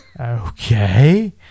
Okay